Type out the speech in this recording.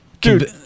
dude